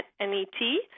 N-E-T